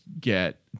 get